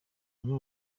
bamwe